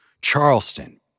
Charleston